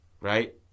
right